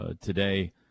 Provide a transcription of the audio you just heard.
today